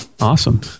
awesome